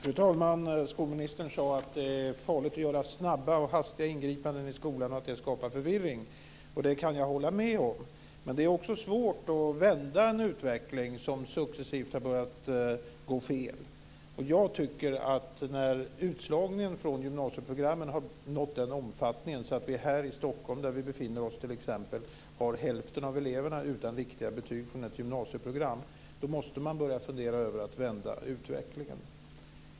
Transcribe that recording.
Fru talman! Skolministern sade att det är farligt att göra snabba och hastiga ingripanden i skolan och att det skapar förvirring. Det kan jag hålla med om. Men det är också svårt att vända en utveckling som successivt har börjat gå fel. Jag tycker att när utslagningen på gymnasieprogrammen har nått den omfattningen att hälften av eleverna här i Stockholm t.ex. är utan riktiga betyg från ett gymnasieprogram, då måste man börja fundera på att vända utvecklingen.